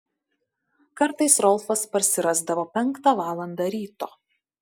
kartais rolfas parsirasdavo penktą valandą ryto